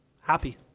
happy